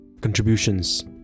contributions